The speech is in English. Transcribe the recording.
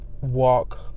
walk